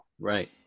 Right